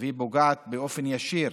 והיא פוגעת באופן ישיר